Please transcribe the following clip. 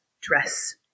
dress